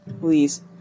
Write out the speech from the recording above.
Please